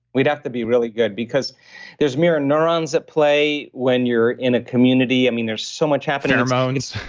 we'd have to be really good because there's mirror neurons that play when you're in a community. i mean there's so much happening, hormones